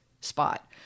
spot